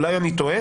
ואולי אני טועה.